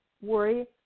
worry